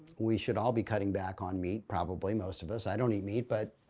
we should all be cutting back on meat. probably, most of us. i don't eat meat but,